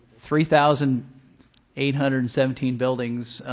three thousand eight hundred and seventeen buildings